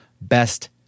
best